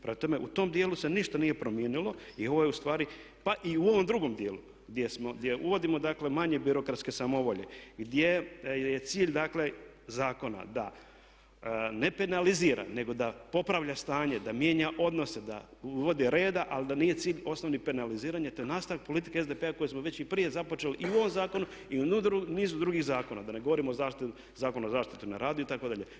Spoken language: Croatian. Prema tome, u tom djelu se ništa nije promijenilo i ovo je ustvari, pa i u ovom drugom djelu gdje uvodimo dakle manje birokratske samovolje, gdje je cilj dakle zakona da ne penalizira nego da popravlja stanje, da mijenja odnose, da uvodi reda ali da nije cilj osnovni penaliziranje te nastavak politike SDP-a koju smo već i prije započeli i ovom zakonu i u nizu drugih zakona, da ne govorim o zaštiti, Zakonu o zaštiti na radu itd.